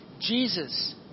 Jesus